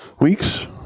weeks